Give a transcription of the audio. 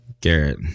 Garrett